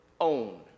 own